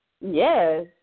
Yes